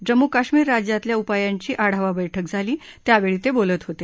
जम्मू कश्मीर राज्यातल्या उपायांची आढावा बैठक झाली त्यावेळी ते बोलत होते